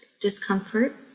discomfort